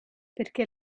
perché